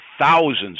thousands